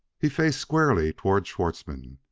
he faced squarely toward schwartzmann,